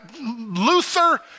Luther